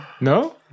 No